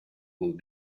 would